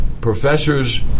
Professors